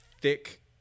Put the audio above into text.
thick